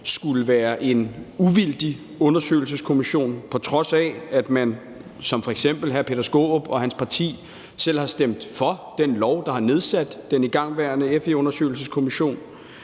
skulle være en uvildig undersøgelseskommission, på trods af at man som f.eks. hr. Peter Skaarup og hans parti selv har stemt for den lov, der har nedsat den igangværende FE-undersøgelseskommission.